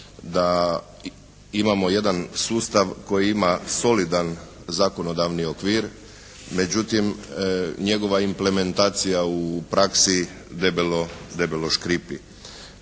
da imamo jedan sustav koji ima solidan zakonodavni okvir, međutim njegova implementacija u praksi debelo škripi.